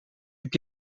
heb